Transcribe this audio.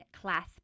class